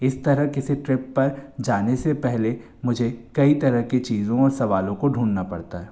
इस तरह किसी ट्रिप पर जाने से पहले मुझे कई तरह की चीज़ों ओर सवालों को ढूंढना पड़ता है